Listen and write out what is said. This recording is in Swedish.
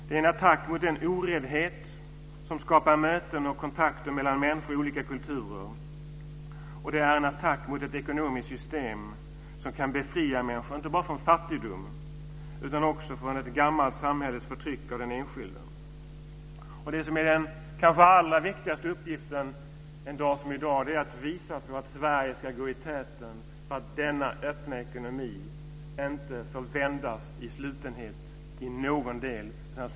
Det är en attack mot den oräddhet som skapar möten och kontakter mellan människor i olika kulturer, och det är en attack mot ett ekonomiskt system som kan befria människor, inte bara från fattigdom utan också från ett gammalt samhälles förtryck av den enskilde. Det som är den kanske allra viktigaste uppgiften en dag som i dag är att visa att Sverige ska gå i täten för att denna öppna ekonomi inte får vändas i slutenhet i någon del.